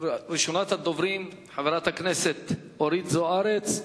ראשונת הדוברים, חברת הכנסת אורית זוארץ.